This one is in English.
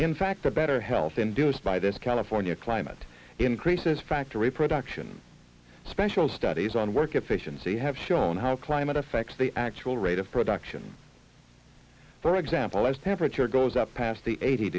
in fact the better health induced by this california climate increases factory production special studies on work efficiency have shown how climate affects the actual rate of production for example as temperature goes up past the eighty